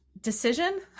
decision